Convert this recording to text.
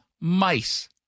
mice